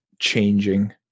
Changing